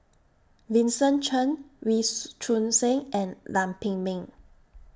Vincent Cheng Wee Choon Seng and Lam Pin Min